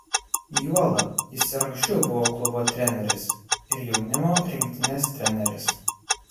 juolab jis ir anksčiau buvo klubo treneris ir jaunimo rinktinės treneris